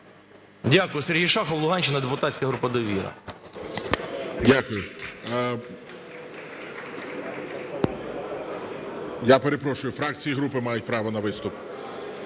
Дякую. Сергій Шахов, Луганщина депутатська група "Довіра". ГОЛОВУЮЧИЙ. Дякую. Я перепрошую, фракції і групи мають право на виступ.